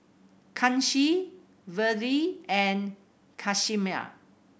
Kanshi Vedre and Ghanshyam